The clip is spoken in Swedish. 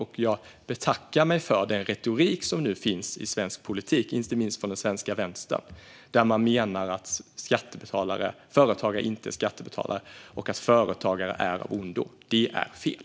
Och jag betackar mig för den retorik som nu finns i svensk politik, inte minst från den svenska vänstern, där man menar att företagare inte är skattebetalare och att företagare är av ondo. Det är fel.